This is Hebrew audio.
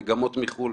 מגמות מחו"ל,